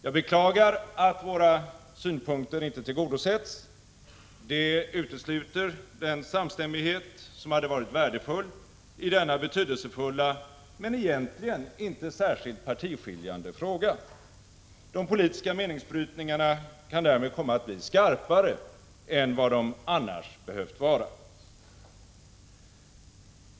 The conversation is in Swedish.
Jag beklagar att våra synpunkter inte tillgodosetts, vilket utesluter den samstämmighet som hade varit värdefull i denna betydelsefulla men egentligen inte särskilt partiskiljande fråga. De politiska meningsbrytningarna kan därmed komma att bli skarpare än vad de annars behövt vara.